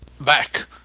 back